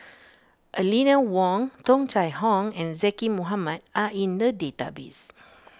Eleanor Wong Tung Chye Hong and Zaqy Mohamad are in the database